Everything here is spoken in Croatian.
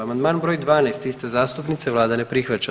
Amandman br. 12 iste zastupnice, Vlada ne prihvaća.